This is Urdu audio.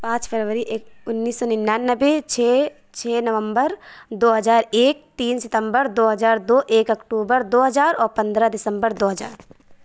پانچ فروری ایک انیس سو ننانوے چھ چھ نومبر دو ہزار ایک تین ستمبر دو ہزار دو ایک اکتوبر دو ہزار اور پندرہ دسمبر دو ہزار